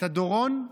את הדורון,